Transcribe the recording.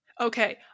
okay